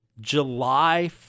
July